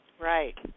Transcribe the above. right